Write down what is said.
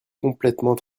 complètement